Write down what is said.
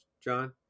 John